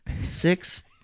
six